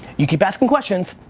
you keep asking questions,